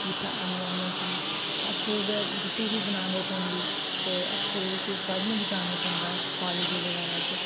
जित्थै आह्नियै उ'नेंगी आपूं गै रुट्टी बी बनानी पौंदी ते आपूं फिर पढ़न बी जाना पौंदा कॉलेजें बगैरा च